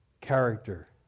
Character